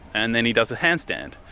and then he does a handstand,